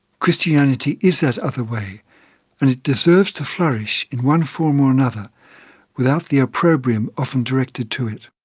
christianity is that other way and deserves to flourish in one form or another without the opprobrium often directed to it.